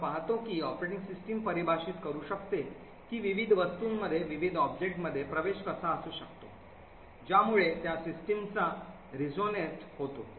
आपण पाहतो की ऑपरेटिंग सिस्टम परिभाषित करू शकते की विविध वस्तूंमध्ये विविध ऑब्जेक्टमध्ये प्रवेश कसा असू शकतो ज्यामुळे त्या सिस्टमचा अनुनाद होतो